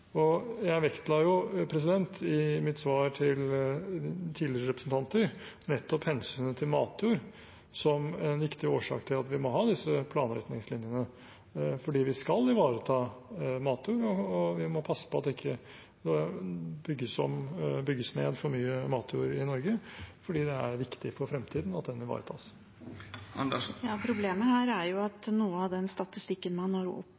Jeg vektla i mitt svar til tidligere representanter nettopp hensynet til matjord som en viktig årsak til at vi må ha disse planretningslinjene. For vi skal ivareta matjord, og vi må passe på at det ikke bygges ned for mye matjord i Norge, for det er viktig for fremtiden at den ivaretas. Problemet her er jo at noe av den statistikken man har